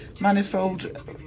manifold